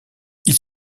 ils